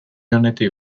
onetik